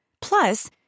Plus